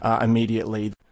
immediately